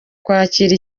kwakira